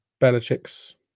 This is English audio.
Belichick's